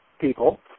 people